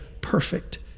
perfect